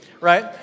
right